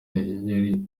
yari